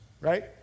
right